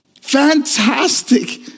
Fantastic